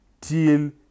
till